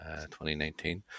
2019